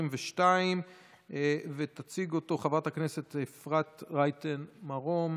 2022. תציג אותו חברת הכנסת אפרת רייטן מרום,